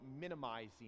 minimizing